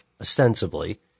ostensibly